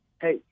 hey